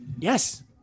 Yes